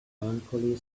melancholy